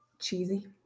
Cheesy